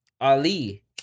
Ali